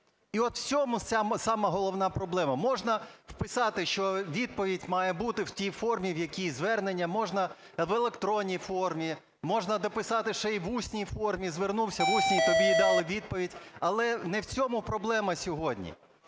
І от в цьому сама головна проблема. Можна вписати, що відповідь має бути в тій формі, в якій звернення, можна в електронній формі, можна дописати ще і в усній формі, звернувся в усній, тобі дали і відповідь, але не в цьому проблема сьогодні.